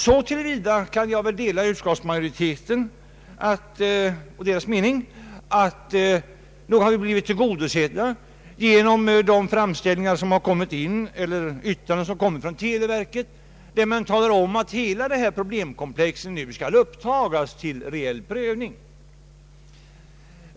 Så till vida kan jag dela utskottsmajoritetens mening att vi har blivit tillgodosedda genom de yttranden från televerket där man talar om att hela detta problemkomplex nu skall upptagas till reell prövning.